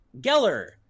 geller